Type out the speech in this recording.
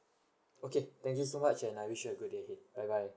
okay thank you so much and I wish you a good day ahead bye bye